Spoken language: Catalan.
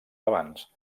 abans